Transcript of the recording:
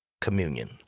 Communion